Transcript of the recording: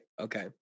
Okay